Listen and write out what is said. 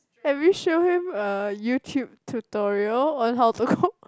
have you show him uh YouTube tutorial on how to cook